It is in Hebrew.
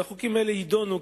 והחוקים האלה יידונו,